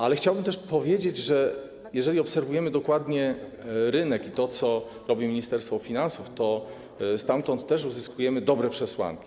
Ale chciałbym też powiedzieć, że jeżeli obserwujemy dokładnie rynek i to, co robi Ministerstwo Finansów, to też widzimy tu dobre przesłanki.